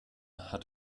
hat